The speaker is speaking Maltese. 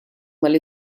mal